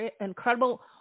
incredible